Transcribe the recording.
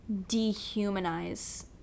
dehumanize